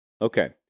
Okay